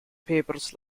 papers